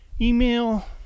Email